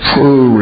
True